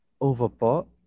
overbought